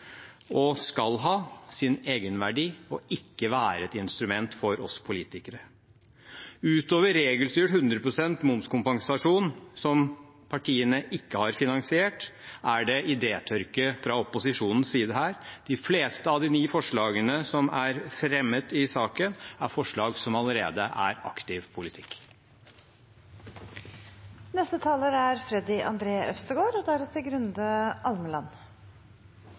og skal ha sin egenverdi og ikke være et instrument for oss politikere. Utover regelstyrt hundre prosent momskompensasjon, som partiene ikke har finansiert, er det idétørke fra opposisjonens side her. De fleste av de ni forslagene som er fremmet i saken, er forslag som allerede er aktiv